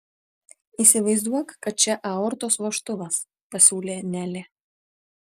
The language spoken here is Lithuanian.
įsivaizduok kad čia aortos vožtuvas pasiūlė nelė